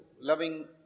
loving